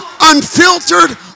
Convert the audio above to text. Unfiltered